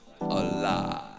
alive